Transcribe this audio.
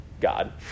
God